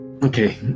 Okay